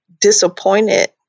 disappointed